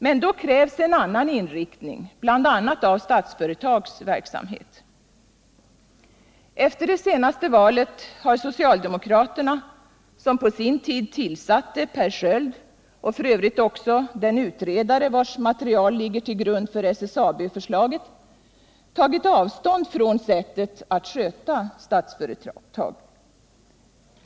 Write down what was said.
Men då krävs en annan inriktning för bl.a. Statsföretags verksamhet. Efter det senaste valet har socialdemokraterna, som på sin tid tillsatte Per Sköld och f. ö. också den utredare vars material ligger till grund för SSAB förslaget, tagit avstånd från sättet att sköta Statsföretag.